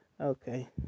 Okay